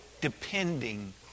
depending